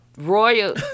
royal